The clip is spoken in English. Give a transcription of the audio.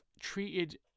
treated